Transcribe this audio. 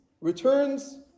returns